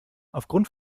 aufgrund